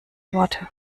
worte